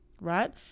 right